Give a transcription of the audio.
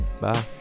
Bye